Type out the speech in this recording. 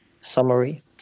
summary